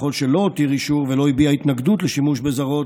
ככל שלא הותיר אישור ולא הביע התנגדות לשימוש בזרעו,